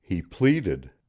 he pleaded.